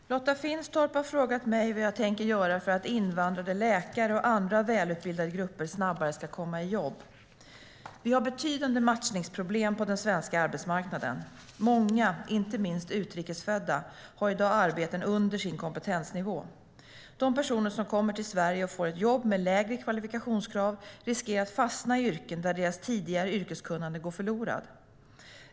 Svar på interpellationer Herr talman! Lotta Finstorp har frågat mig vad jag tänker göra för att invandrade läkare och andra välutbildade grupper snabbare ska komma i jobb. Vi har betydande matchningsproblem på den svenska arbetsmarknaden. Många, inte minst utrikesfödda, har i dag arbeten under sin kompetensnivå. De personer som kommer till Sverige och får ett jobb med lägre kvalifikationskrav riskerar att fastna i yrken där deras tidigare yrkeskunnande går förlorat.